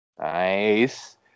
Nice